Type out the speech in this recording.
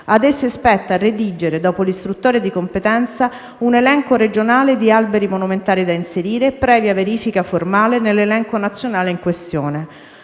Ad esse spetta redigere, dopo l'istruttoria di competenza, un elenco regionale di alberi monumentali da inserire, previa verifica formale, nell'elenco nazionale in questione.